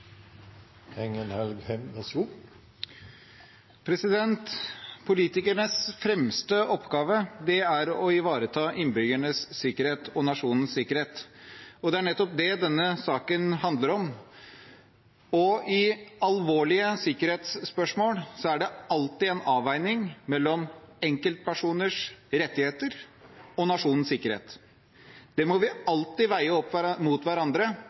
Politikernes fremste oppgave er å ivareta innbyggernes og nasjonens sikkerhet. Det er nettopp det denne saken handler om. I alvorlige sikkerhetsspørsmål er det alltid en avveining mellom enkeltpersoners rettigheter og nasjonens sikkerhet. Det må vi alltid veie opp mot hverandre,